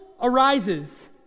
arises